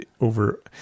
Over